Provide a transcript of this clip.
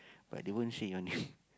but they won't say your name